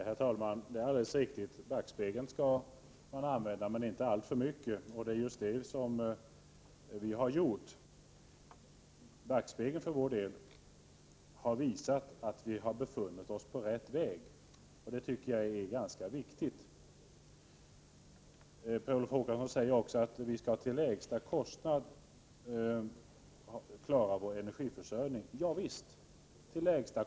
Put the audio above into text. Herr talman! Det är alldeles riktigt: Man skall använda backspegeln, men inte alltför mycket. Vi har också för vår del använt backspegeln, och den har visat att vi befinner oss på rätt väg. Detta tycker jag är ganska viktigt. Per Olof Håkansson säger också att vi skall klara energiförsörjningen till lägsta möjliga kostnad.